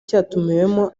cyatumiwemo